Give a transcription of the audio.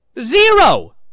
Zero